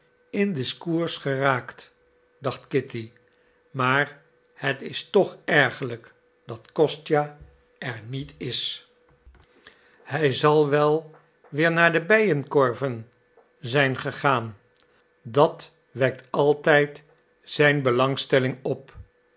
in discours geraakt dacht kitty maar het is toch ergerlijk dat kostja er niet is hij zal wel weer naar de bijenkorven zijn gegaan dat wekt altijd zijn belangstelling op